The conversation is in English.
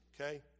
okay